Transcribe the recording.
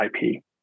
IP